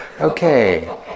Okay